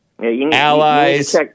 Allies